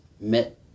met